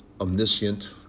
omniscient